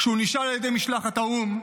כשהוא נשאל על ידי משלחת האו"ם: